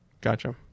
gotcha